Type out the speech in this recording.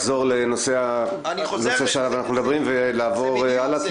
לחזור לנושא שעליו אנחנו מדברים ולעבור הלאה,